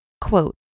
Quote